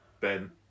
Ben